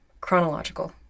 Chronological